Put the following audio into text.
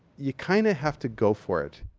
you kinda have to go for it.